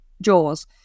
Jaws